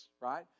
right